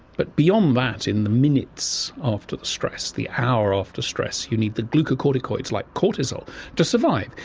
but beyond that, in the minutes after the stress, the hour after stress, you need the glucocorticoids like cortisol to survive.